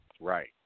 Right